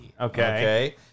Okay